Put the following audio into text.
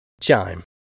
Chime